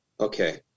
Okay